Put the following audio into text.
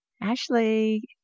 Ashley